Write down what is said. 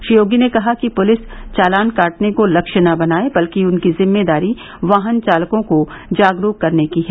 श्री योगी ने कहा कि पुलिस चालान काटने को लक्ष्य न बनाए बल्कि उनकी जिम्मेदारी वाहन चालकों को जागरूक करने की है